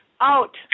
Out